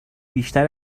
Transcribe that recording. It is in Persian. بیشتر